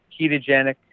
ketogenic